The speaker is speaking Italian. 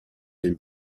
nel